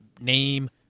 name